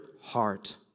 heart